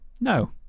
no